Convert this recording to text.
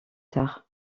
tard